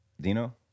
Dino